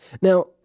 Now